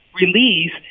release